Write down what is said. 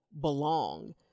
belong